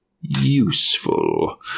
useful